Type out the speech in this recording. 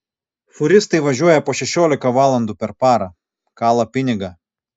fūristai važiuoja po šešiolika valandų per parą kala pinigą